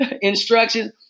instructions